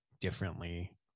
differently